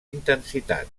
intensitat